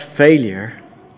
failure